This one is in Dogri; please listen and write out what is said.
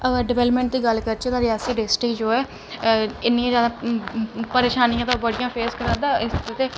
डेवेल्पमेंट दी गल्ल करचै तां रियासी डिस्ट्रिक्ट जो ऐ इन्नियां जादै परेशानियां ते फेस करा दा ते